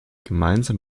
gemeinsam